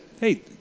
hey